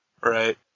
Right